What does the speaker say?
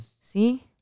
See